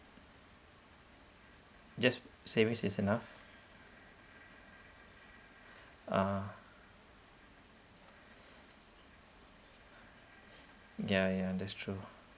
just savings is enough ah yeah yeah that's true